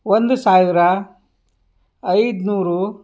ಒಂದು ಸಾವಿರ ಐದು ನೂರು